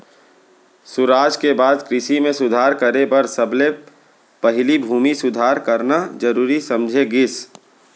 सुराज के बाद कृसि म सुधार करे बर सबले पहिली भूमि सुधार करना जरूरी समझे गिस